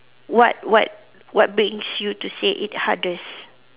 what what what brings you to say it hardest